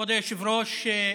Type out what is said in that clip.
כבוד היושב-ראש,